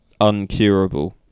uncurable